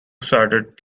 shattered